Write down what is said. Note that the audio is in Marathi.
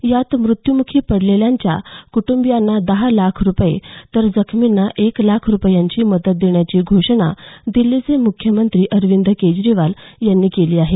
यात मृत्यूमुखी पडलेल्यांच्या कुटुंबीयांना दहा लाख रुपये तर जखमींना एक लाख रुपयांची मदत देण्याची घोषणा दिल्लीचे मुख्यमंत्री अरविंद केजरीवाल यांनी केली आहे